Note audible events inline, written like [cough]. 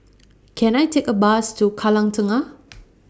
[noise] Can I Take A Bus to Kallang Tengah